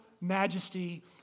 majesty